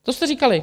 To jste říkali.